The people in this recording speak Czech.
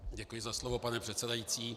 Děkuji za slovo, pane předsedající.